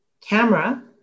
camera